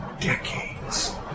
decades